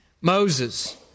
Moses